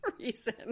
reason